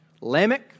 Lamech